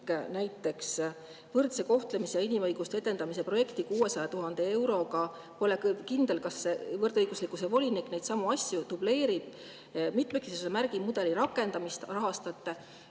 näiteks võrdse kohtlemise ja inimõiguste edendamise projekti 600 000 euroga. Pole küll kindel, kas võrdõiguslikkuse volinik neidsamu asju dubleerib. Mitmekesisuse märgise mudeli rakendamist rahastate